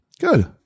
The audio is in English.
Good